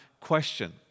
question